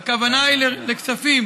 המקומית או של המשטרה,